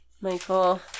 Michael